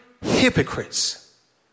hypocrites